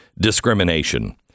discrimination